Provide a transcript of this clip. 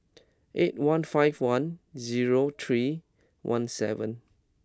eight one five one zero three one seven